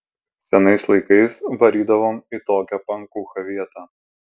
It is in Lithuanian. senais laikais varydavom į tokią pankūchą vietą